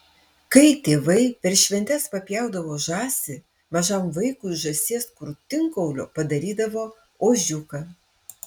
kai tėvai per šventes papjaudavo žąsį mažam vaikui iš žąsies krūtinkaulio padarydavo ožiuką